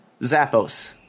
Zappos